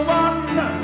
one